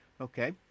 Okay